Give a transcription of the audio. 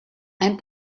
ein